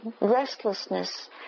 restlessness